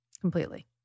completely